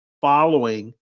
following